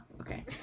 okay